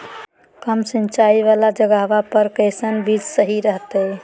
कम सिंचाई वाला जगहवा पर कैसन बीज सही रहते?